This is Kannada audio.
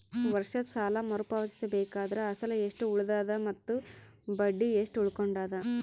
ವರ್ಷದ ಸಾಲಾ ಮರು ಪಾವತಿಸಬೇಕಾದರ ಅಸಲ ಎಷ್ಟ ಉಳದದ ಮತ್ತ ಬಡ್ಡಿ ಎಷ್ಟ ಉಳಕೊಂಡದ?